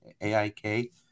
AIK